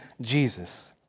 Jesus